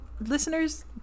listeners